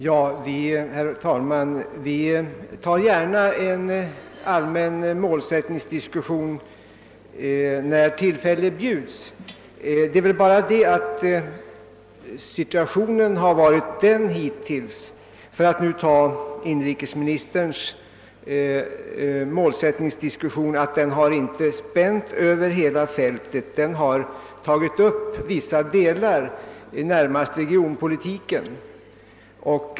Herr talman! Vi tar gärna upp en allmän målsättningsdiskussion när tillfälle bjuds, men det är väl så att situationen hittills varit den — för att nu hålla sig till inrikesministerns målsättningsdiskussion — att den diskussionen inte spänt över hela fältet utan bara berört vissa delar, närmast regionpolitiken.